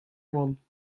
oant